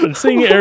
Seeing